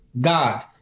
God